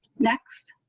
next.